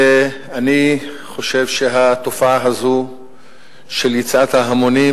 ואני חושב שהתופעה הזו של יציאת ההמונים